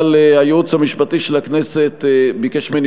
אבל הייעוץ המשפטי של הכנסת ביקש ממני